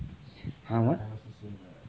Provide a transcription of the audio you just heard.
!huh! what